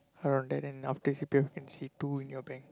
around there then after C_P_F you can see two in your bank